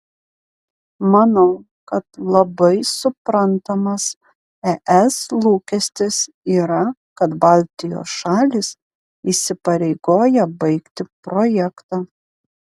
manau kad labai suprantamas es lūkestis yra kad baltijos šalys įsipareigoja baigti projektą